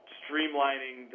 streamlining